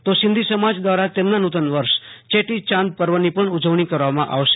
તો સિંધી સમાજ દ્રારા તેમના નુતન વર્ષ ચેટીયાંદ પર્વની પણ ઉજવણી કરવામાં આવશે